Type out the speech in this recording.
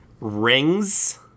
Rings